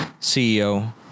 CEO